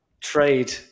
trade